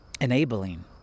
enabling